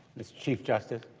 chief justice